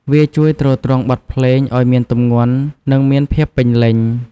វាជួយទ្រទ្រង់បទភ្លេងឱ្យមានទម្ងន់ និងមានភាពពេញលេញ។